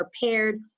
prepared